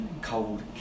cold